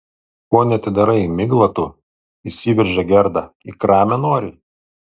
ko neatidarai migla tu įsiveržė gerda į kramę nori